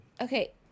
Okay